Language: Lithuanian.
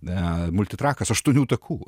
multitrakas aštuonių takų